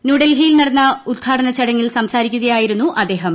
ന്യൂഡൽഹിയിൽ നടന്ന ഉദ്ഘാടന ചടങ്ങിൽ സംസാരിക്കുകയായിരുന്നു അദ്ദേഹം